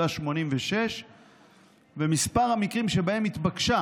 99.86%. מספר המקרים שבהם התבקשה